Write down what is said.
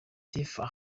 tiffah